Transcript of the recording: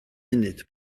munud